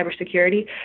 cybersecurity